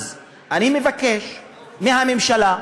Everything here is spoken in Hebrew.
אז אני מבקש מהממשלה,